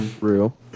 Real